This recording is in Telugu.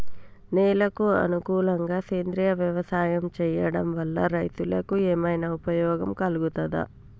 నేలకు అనుకూలంగా సేంద్రీయ వ్యవసాయం చేయడం వల్ల రైతులకు ఏమన్నా ఉపయోగం కలుగుతదా?